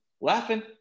laughing